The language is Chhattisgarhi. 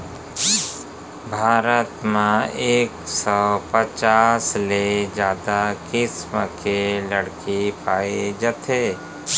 भारत म एक सौ पचास ले जादा किसम के लकड़ी पाए जाथे